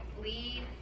lead